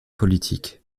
politique